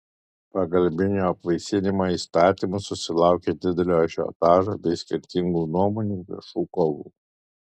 pagalbinio apvaisinimo įstatymas susilaukė didelio ažiotažo bei skirtingų nuomonių viešų kovų